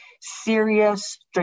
serious